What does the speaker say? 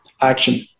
action